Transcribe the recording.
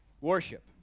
Worship